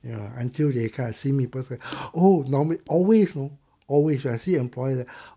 ya until they come and see me perfect oh normally always know always when I see employer uh